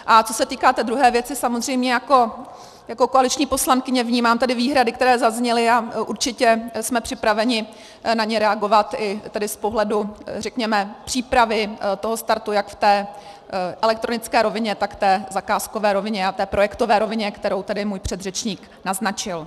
A co se týká té druhé věci, samozřejmě jako koaliční poslankyně vnímám tady výhrady, které zazněly, a určitě jsme připraveni na ně reagovat i z pohledu řekněme přípravy toho startu jak v elektronické rovině, tak v zakázkové rovině a projektové rovině, kterou tady můj předřečník naznačil.